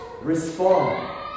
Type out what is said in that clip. Respond